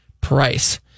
price